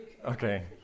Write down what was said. Okay